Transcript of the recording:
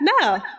no